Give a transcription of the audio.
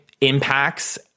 impacts